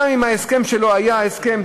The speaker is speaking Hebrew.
אז גם אם ההסכם שלו היה הסכם,